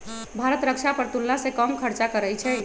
भारत रक्षा पर तुलनासे कम खर्चा करइ छइ